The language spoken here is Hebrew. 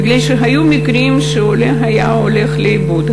כי היו מקרים שהעולה היה הולך לאיבוד.